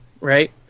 right